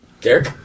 Derek